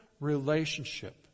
relationship